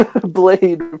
Blade